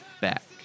back